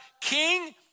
King